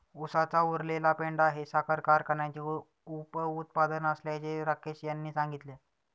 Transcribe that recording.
उसाचा उरलेला पेंढा हे साखर कारखान्याचे उपउत्पादन असल्याचे राकेश यांनी सांगितले